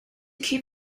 keep